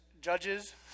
judges